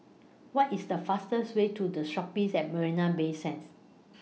What IS The fastest Way to The Shoppes At Marina Bay Sands